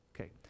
Okay